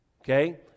Okay